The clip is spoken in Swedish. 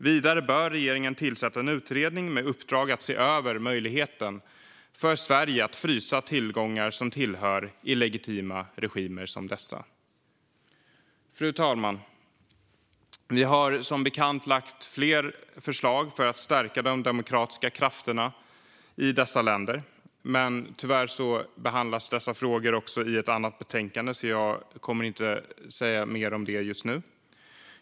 Vidare bör regeringen tillsätta en utredning med uppdrag att se över möjligheten för Sverige att frysa tillgångar som tillhör illegitima regimer som dessa. Fru talman! Vi har som bekant lagt flera förslag för att stärka de demokratiska krafterna i dessa länder. Tyvärr behandlas dessa frågor i ett annat betänkande, så jag kommer inte att säga mer om det just nu.